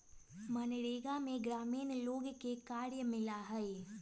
मनरेगा में ग्रामीण लोग के कार्य मिला हई